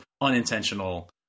unintentional